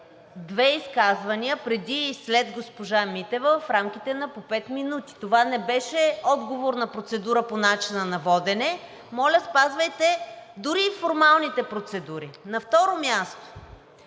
две изказвания преди и след госпожа Митева в рамките на по пет минути. Това не беше отговор на процедура по начина на водене. Моля, спазвайте дори и формалните процедури. На второ място,